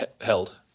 held